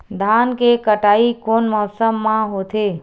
धान के कटाई कोन मौसम मा होथे?